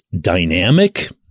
dynamic